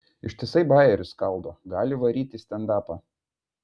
ištisai bajerius skaldo gali varyt į stendapą